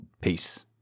Peace